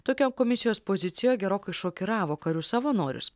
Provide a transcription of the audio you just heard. tokia komisijos pozicija gerokai šokiravo karius savanorius